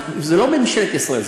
זה לא ממשלת ישראל,